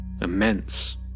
immense